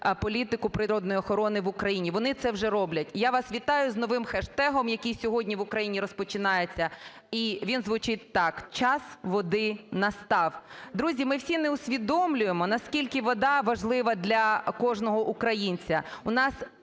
політику природної охорони в Україні, вони це вже роблять. Я вас вітаю з нових хештегом, який сьогодні в Україні розпочинається і він звучить так: "Час води настав". Друзі, ми всі не усвідомлюємо, наскільки вода важлива для кожного українця.